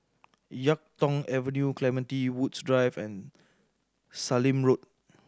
Yuk Tong Avenue Clementi Woods Drive and Sallim Road